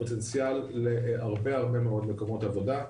פוטנציאל להרבה הרבה מקומות עבודה,